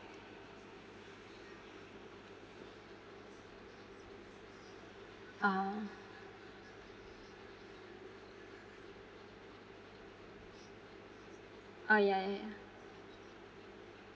ah ah ya ya ya